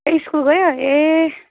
ए school गयो ए